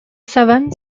savane